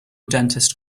dentist